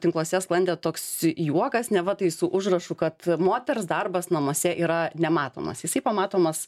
tinkluose sklandė toks juokas neva tai su užrašu kad moters darbas namuose yra nematomas jisai pamatomas